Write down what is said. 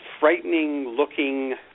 frightening-looking